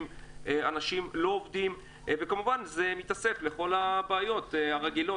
אנשים לא עובדים וכמובן זה מתווסף לכל הבעיות הרגילות,